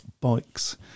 bikes